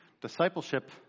Discipleship